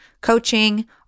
coaching